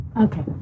Okay